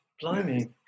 blimey